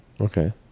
okay